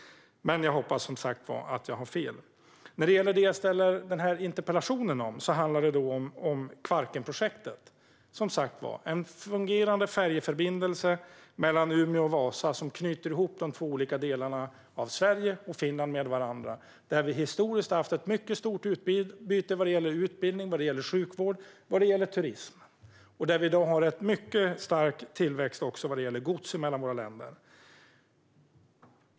Men jag hoppas som sagt att jag har fel. Det jag ställer den här interpellationen om handlar som sagt om Kvarkenprojektet, en fungerande färjeförbindelse mellan Umeå och Vasa som knyter ihop dessa båda delar av Sverige och Finland med varandra. Det är delar som historiskt sett har haft ett mycket stort utbyte vad gäller utbildning, sjukvård och turism och där vi i dag har mycket stark tillväxt vad gäller transport av gods mellan våra länder.